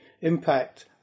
impact